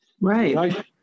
Right